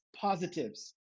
positives